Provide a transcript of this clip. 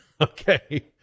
okay